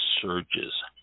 surges